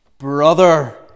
Brother